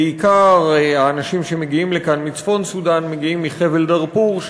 ועיקר האנשים שמגיעים לכאן מצפון סודאן מגיעים מחבל דארפור,